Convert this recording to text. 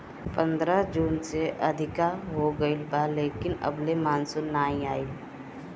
पंद्रह जून से अधिका हो गईल बा लेकिन अबले मानसून नाइ आइल